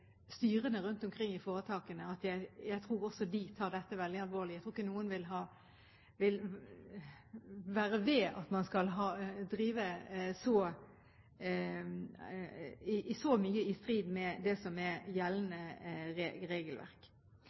rundt omkring i foretakene at jeg tror også de tar dette veldig alvorlig. Jeg tror ikke noen vil være ved at man skal drive så mye i strid med det som er gjeldende regelverk.